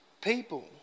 people